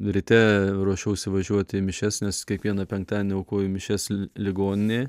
ryte ruošiausi važiuot į mišias nes kiekvieną penktadienį aukoju mišias ligoninėj